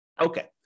Okay